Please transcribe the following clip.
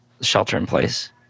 Shelter-in-Place